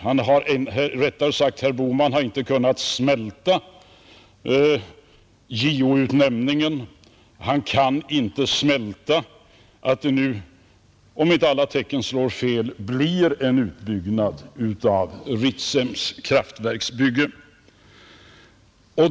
Herr Bohman har inte kunnat smälta JO-utnämningen. Han kan inte smälta att det nu, om inte alla tecken slår fel, blir en utbyggnad av Ritsems kraftverk.